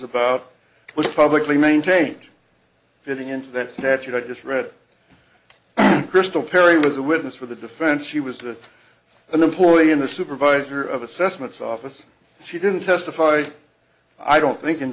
about was publicly maintained fitting into that statute i just read crystal perry was a witness for the defense she was the employee in the supervisor of assessments office she didn't testify i don't think in